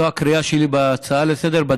זו הקריאה שלי בהצעה לסדר-היום.